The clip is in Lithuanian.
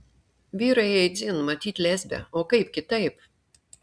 vyrai jai dzin matyt lesbė o kaip kitaip